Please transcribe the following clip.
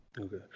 Okay